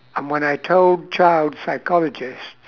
and when I told child psychologists